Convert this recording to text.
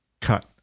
cut